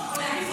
למה?